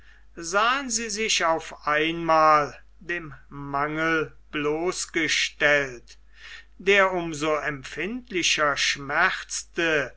sahen sie sich auf einmal dem mangel bloßgestellt der um so empfindlicher schmerzte